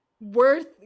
Worth